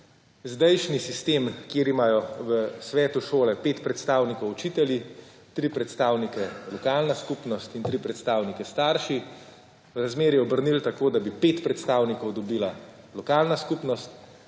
zdajšnji sistem kjer imajo v svetu šole pet predstavnikov učitelji, tri predstavnike lokalna skupnost in tri predstavnike starši, razmerje obrnili tako, da bi pet predstavnikov dobila lokalna skupnost,